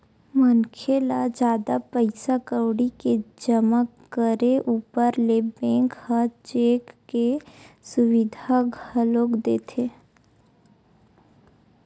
मनखे ल जादा पइसा कउड़ी के जमा करे ऊपर ले बेंक ह चेक के सुबिधा घलोक देथे